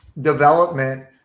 development